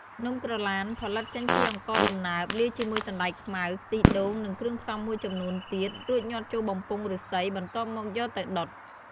នំក្រឡានផលិតចេញពីអង្ករដំណើប លាយជាមួយសណ្ដែកខ្មៅ ខ្ទិះដូង និងគ្រឿងផ្សំមួយចំនួនទៀត រួចញាត់ចូលបំពង់ឫស្សី បន្ទាប់មកយកទៅដុត។